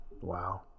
wow